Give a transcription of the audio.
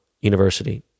university